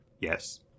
Yes